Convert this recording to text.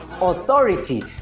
authority